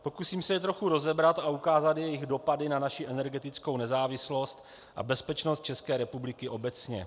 Pokusím se je trochu rozebrat a ukázat jejich dopady na naši energetickou nezávislost a bezpečnost České republiky obecně.